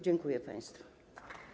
Dziękuję państwu.